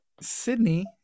Sydney